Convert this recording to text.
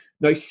Now